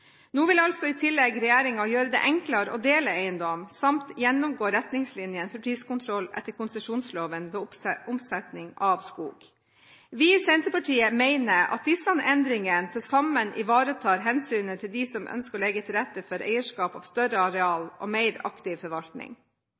Nå vil altså regjeringen i tillegg gjøre det enklere å dele eiendom samt gjennomgå retningslinjene for priskontroll etter konsesjonsloven ved omsetning av skog. Vi i Senterpartiet mener at disse endringene til sammen ivaretar hensynet til dem som ønsker å legge til rette for eierskap av større arealer og en mer aktiv forvaltning.